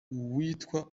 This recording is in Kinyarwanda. uwitwa